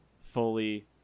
fully